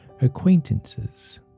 acquaintances